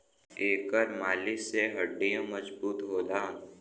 एकर मालिश से हड्डीयों मजबूत होला